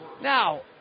now